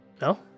No